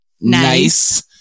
Nice